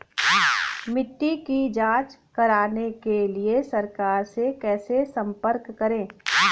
मिट्टी की जांच कराने के लिए सरकार से कैसे संपर्क करें?